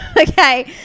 Okay